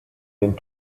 den